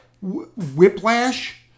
whiplash